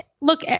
Look